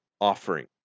Offering